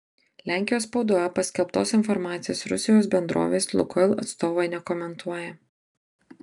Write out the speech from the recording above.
lenkijos spaudoje paskelbtos informacijos rusijos bendrovės lukoil atstovai nekomentuoja